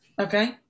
Okay